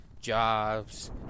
jobs